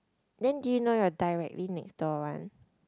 then do you know your directly next door one